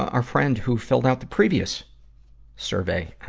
our friend who filled out the previous survey,